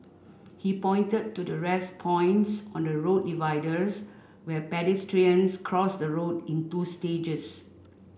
he pointed to the 'rest points' on the road dividers where pedestrians cross the road in two stages